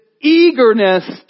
eagerness